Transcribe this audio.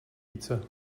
více